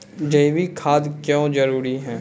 जैविक खाद क्यो जरूरी हैं?